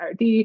RD